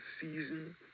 season